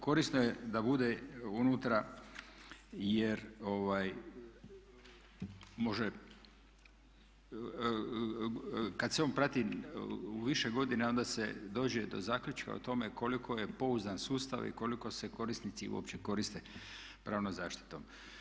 Korisno je da bude unutra jer može, kad se on prati više godina onda se dođe do zaključka o tome koliko je pouzdan sustav i koliko se korisnici uopće koriste pravnom zaštitom.